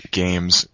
games